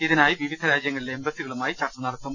ഇതിനായി വിവിധ രാജ്യങ്ങളിലെ എംബസികളുമായി ചർച്ച നടത്തും